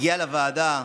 לוועדה,